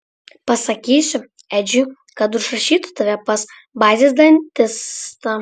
pasakysiu edžiui kad užrašytų tave pas bazės dantistą